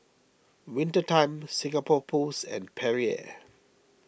Winter Time Singapore Post and Perrier